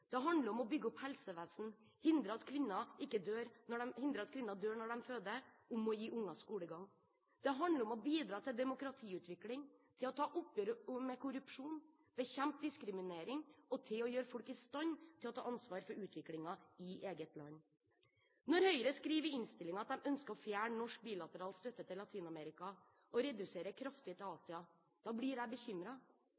Det handler om å bygge opp helsevesen, om å hindre at kvinner dør når de føder, og om å gi barn skolegang. Det handler om å bidra til demokratiutvikling, ta oppgjør med korrupsjon, bekjempe diskriminering og gjøre folk i stand til å ta ansvar for utviklingen i eget land. Når Høyre skriver i innstillingen at de ønsker å fjerne norsk bilateral støtte til Latin-Amerika og redusere kraftig til